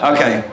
Okay